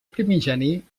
primigeni